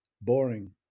Boring